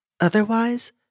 Otherwise